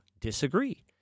disagree